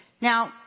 Now